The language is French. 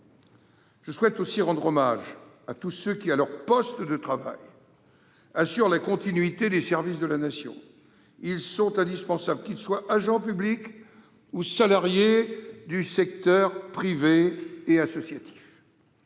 Je souhaite aussi rendre hommage à tous ceux qui, à leur poste de travail, assurent la continuité des services de la Nation. Qu'ils soient agents publics ou salariés du secteur privé ou associatif,